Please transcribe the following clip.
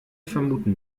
vermuten